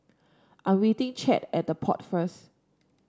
I'm meeting Chadd at The Pod first